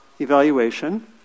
evaluation